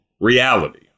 reality